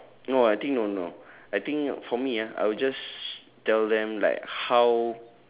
no I think no no I think for me ah I would just tell them like how